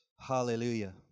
Hallelujah